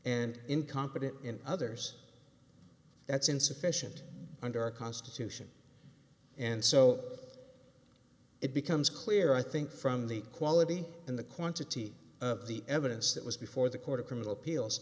and incompetent in others that's insufficient under our constitution and so it becomes clear i think from the quality and the quantity of the evidence that was before the court of criminal